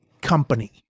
company